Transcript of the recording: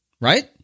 right